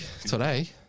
today